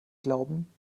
glauben